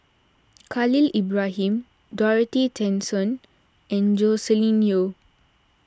Khalil Ibrahim Dorothy Tessensohn and Joscelin Yeo